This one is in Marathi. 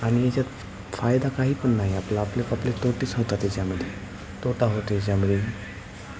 आणि याच्यात फायदा काहीपण नाही आपला आपले आपले तोटेच होतात त्याच्यामध्ये तोटा होतो त्याच्यामध्ये